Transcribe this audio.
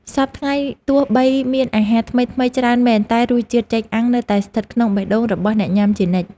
សព្វថ្ងៃទោះបីមានអាហារថ្មីៗច្រើនមែនតែរសជាតិចេកអាំងនៅតែស្ថិតក្នុងបេះដូងរបស់អ្នកញ៉ាំជានិច្ច។